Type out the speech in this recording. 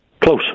Close